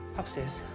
upstairs.